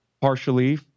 partially